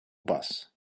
bus